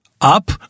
Up